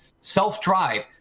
Self-drive